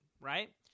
right